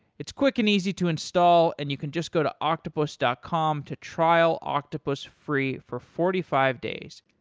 it's quick and easy to install and you can just go to octopus dot com to trial octopus free for forty five days.